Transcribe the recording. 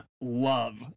love